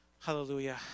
Hallelujah